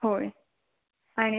होय आणि